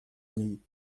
niej